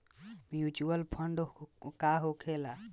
Mutual fund का होखेला?